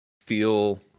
feel